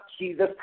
Jesus